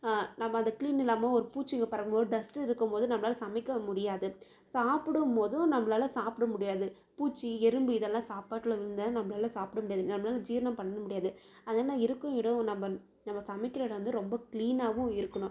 நம்ம அது க்ளீன் இல்லாமல் ஒரு பூச்சிங்க பறக்கும்போது டஸ்ட்ருக்கும் போது நம்மளால சமைக்க முடியாது சாப்பிடும்போதும் நம்மளால சாப்பிட முடியாது பூச்சி எறும்பு இதல்லாம் சாப்பாட்டில் விழுந்தால் நம்மளால சாப்ட முடியாது நம்மளால ஜீர்ணம் பண்ண முடியாது அதனால இருக்கும் இடம் நம்ம நம்ம சமைக்கிற எடம் வந்து ரொம்ப க்ளீனாகவும் இருக்கணும்